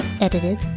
Edited